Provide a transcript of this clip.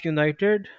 United